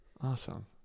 Awesome